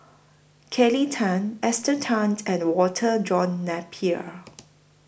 Kelly Tang Esther Tan and Walter John Napier